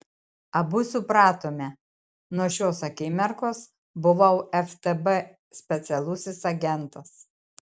abu supratome nuo šios akimirkos buvau ftb specialusis agentas